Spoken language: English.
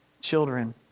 children